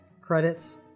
credits